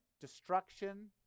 destruction